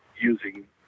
using